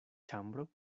ĉambro